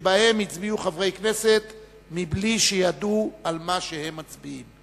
שבהם הצביעו חברי הכנסת מבלי שידעו על מה שהם מצביעים,